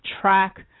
track